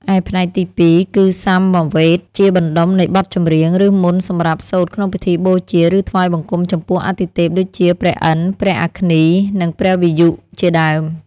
ឯផ្នែកទី២ គឺសាមវេទ ជាបណ្ដុំនៃបទចម្រៀង ឬមន្តសម្រាប់សូត្រក្នុងពិធីបូជា ឬថ្វាយបង្គំចំពោះអាទិទេព ដូចជា ព្រះឥន្ទ្រ ព្រះអគ្នី និងព្រះវាយុ ជាដើម។